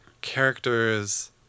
characters